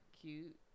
cute